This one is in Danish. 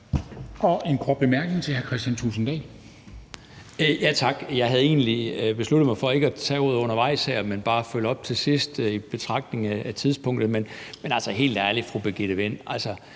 Thulesen Dahl. Kl. 20:50 Kristian Thulesen Dahl (DF): Tak. Jeg havde egentlig besluttet mig for ikke at tage ordet undervejs her, men bare følge op til sidst i betragtning af tidspunktet. Men altså, helt ærligt, fru Birgitte Vind betegner